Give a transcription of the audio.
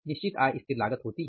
निश्चित आय स्थिर लागत होती है